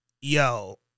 yo